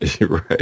Right